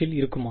இல் இருக்குமா